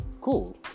Cool